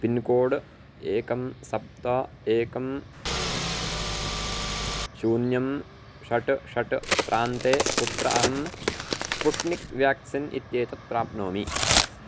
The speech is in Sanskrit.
पिन्कोड् एकं सप्त एकं शून्यं षट् षट् प्रान्ते कुत्र अहं स्पुट्निक् व्याक्सीन् इत्येतत् प्राप्नोमि